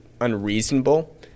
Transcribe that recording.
unreasonable